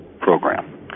program